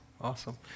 awesome